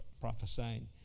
prophesying